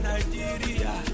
Nigeria